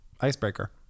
Icebreaker